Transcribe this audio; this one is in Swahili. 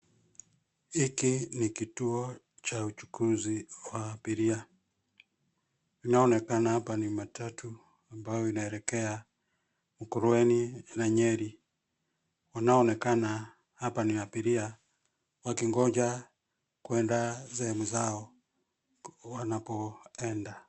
Hiki ni kituo cha uchukuzi wa abiria. Inayoonekana hapa ni matatu ambayo inaelekea Mukurweini na Nyeri. Wanaonekana hapa ni abiria wakingoja kuenda sehemu zao wanapoenda.